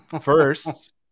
first